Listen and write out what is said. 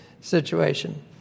situation